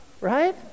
right